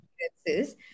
experiences